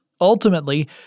Ultimately